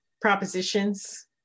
propositions